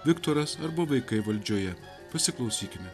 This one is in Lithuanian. viktoras arba vaikai valdžioje pasiklausykime